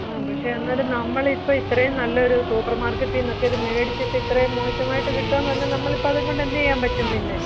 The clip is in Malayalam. ആ പക്ഷേ എന്നാലും നമ്മളിപ്പോൾ ഇത്രേം നല്ലൊരു സൂപ്പർ മാർകെറ്റീന്നൊക്കെ ഇത് മേടിച്ചിട്ട് ഇത്രേം മോശമായിട്ട് കിട്ടുകാന്നു പറഞ്ഞാൽ നമ്മളിപ്പോൾ അതുകൊണ്ട് എന്ത് ചെയ്യാൻ പറ്റും പിന്നെ